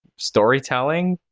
storytelling.